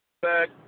back